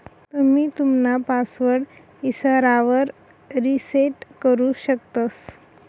तुम्ही तुमना पासवर्ड इसरावर रिसेट करु शकतंस